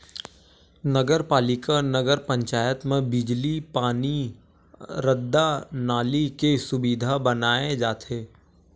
नगर पालिका, नगर पंचायत म बिजली, पानी, रद्दा, नाली के सुबिधा बनाए जाथे